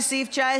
על סעיף 19,